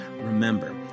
Remember